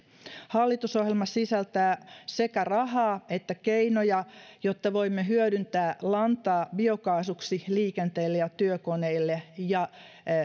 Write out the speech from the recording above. hallitusohjelma sisältää sekä rahaa että keinoja jotta voimme hyödyntää lantaa biokaasuksi liikenteelle ja työkoneille ja